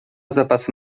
zapasy